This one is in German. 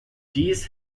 dies